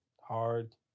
Hard